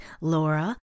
Laura